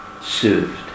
served